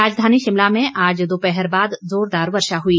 राजधानी शिमला में आज दोपहर बाद जोरदार वर्षा हुई